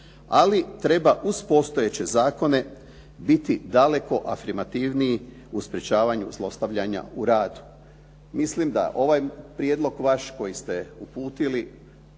Ali treba uz postojeće zakone biti daleko afirmativniji u sprječavanju zlostavljanja u radu. Mislim da ovaj prijedlog vaš koji ste uputili